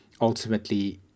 ultimately